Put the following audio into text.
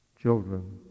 children